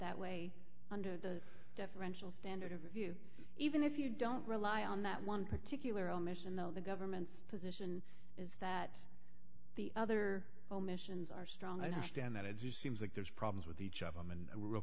that way under the deferential standard of review even if you don't rely on that one particular omission though the government's position is that the other omissions are strong understand that it just seems like there's problems with each of them and real